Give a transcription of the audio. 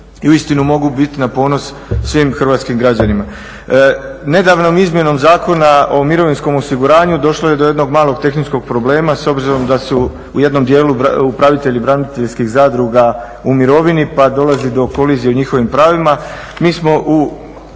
i uistinu mogu biti na ponos svim hrvatskim građanima. Nedavnom izmjenom Zakona o mirovinskom osiguranju došlo je do jednog malog tehničkog problema, s obzirom da su u jednom dijelu upravitelji braniteljskih zadruga u mirovini pa dolazi do kolizije o njihovim pravima. Mi smo u